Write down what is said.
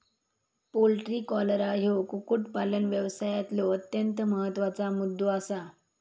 poultry cholera ह्यो कुक्कुटपालन व्यवसायातलो अत्यंत महत्त्वाचा मुद्दो आसा